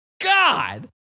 God